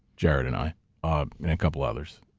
jared and i, ah and a couple others.